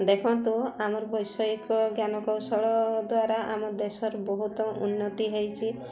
ଦେଖନ୍ତୁ ଆମର ବୈଷୟିକ ଜ୍ଞାନକୌଶଳ ଦ୍ୱାରା ଆମ ଦେଶର ବହୁତ ଉନ୍ନତି ହେଇଛି